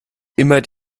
immer